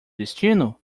destino